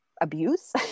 abuse